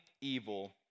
evil